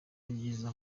ibyiza